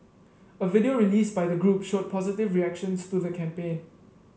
a video released by the group showed positive reactions to the campaign